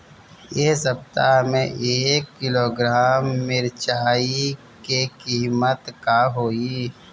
एह सप्ताह मे एक किलोग्राम मिरचाई के किमत का होई?